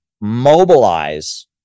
mobilize